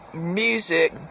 music